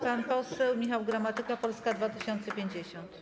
Pan poseł Michał Gramatyka, Polska 2050.